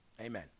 Amen